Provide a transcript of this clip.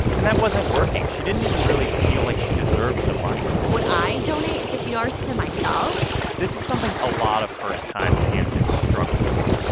and that wasn't working. she didn't even really feel like she deserved the money would i donate fifty dollars to myself? this is something a lot of first-time candidates struggle with.